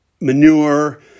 manure